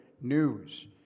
news